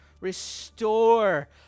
Restore